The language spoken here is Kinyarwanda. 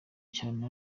cyane